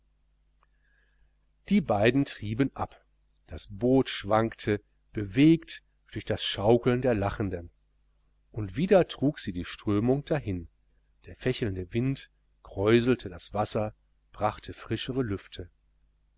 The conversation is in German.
die beiden trieben ab das boot schwankte bewegt durch das schaukeln der lachenden und wieder trug sie die strömung dahin der fächelnde wind kräuselte das wasser brachte frischere lüfte